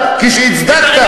כשהצדקת,